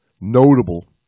notable